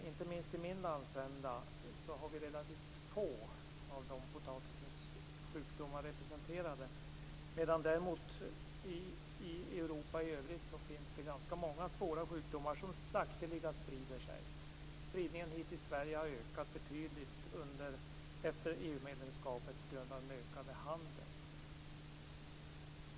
Inte minst i min landsända har vi relativt få av potatisens sjukdomar representerade, medan det däremot i Europa i övrigt finns ganska många svåra sjukdomar som sakteliga sprider sig. Spridningen hit till Sverige har ökat betydligt efter EU-medlemskapet på grund av den ökade handeln.